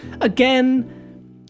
again